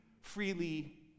freely